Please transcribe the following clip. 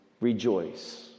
rejoice